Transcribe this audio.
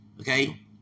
Okay